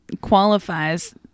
qualifies